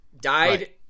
died